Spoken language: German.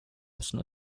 müssen